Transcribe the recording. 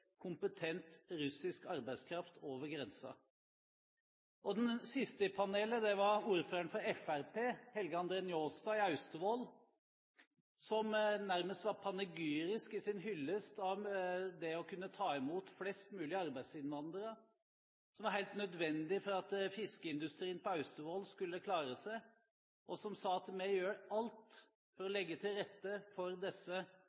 kompetent russisk arbeidskraft over grensen. Den siste i panelet var ordføreren i Austevoll, Helge André Njåstad fra Fremskrittspartiet, som nærmest var panegyrisk sin hyllest av det å kunne ta imot flest mulig arbeidsinnvandrere, som var helt nødvendig for at fiskeindustrien i Austevoll skulle klare seg, og som sa: Vi gjør alt for å legge til rette for disse